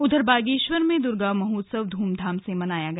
उधर बागेश्वर में दुर्गा महोत्सव ध्रमधाम से मनाया गया